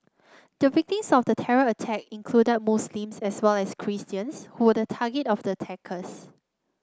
the victims of the terror attack included Muslims as well as Christians who were the target of the attackers